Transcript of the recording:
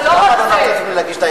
ולא רק זה,